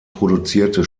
produzierte